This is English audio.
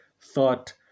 thought